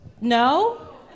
No